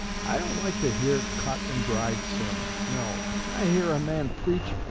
i don't like to hear cut-and-dried sermons. no when i hear a man preach,